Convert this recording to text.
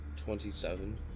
Twenty-seven